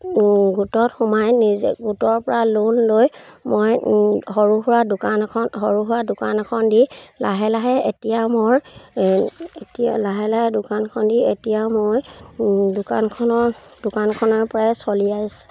গোটত সোমাই নিজে গোটৰ পৰা লোন লৈ মই সৰু সুৰা দোকান এখন সৰু সুৰা দোকান এখন দি লাহে লাহে এতিয়া মোৰ এতিয়া লাহে লাহে দোকানখন দি এতিয়া মই দোকানখনৰ দোকানখনৰ পৰাই চলি আছ চলি আহিছোঁ